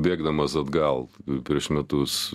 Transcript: bėgdamas atgal prieš metus